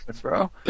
bro